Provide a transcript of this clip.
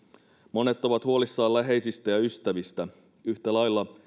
monet ovat huolissaan läheisistä ja ystävistä yhtä lailla